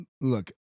look